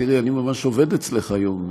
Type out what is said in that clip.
תראי, אני ממש עובד אצלך היום.